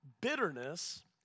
Bitterness